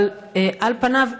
אבל על פניו,